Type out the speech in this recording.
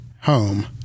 home